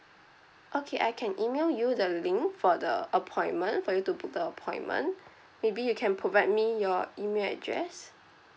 okay I can email you the link for the appointment for you to book the appointment maybe you can provide me your email address